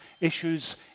issues